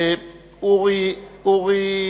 אורי